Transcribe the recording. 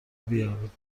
بیابیم